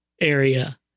area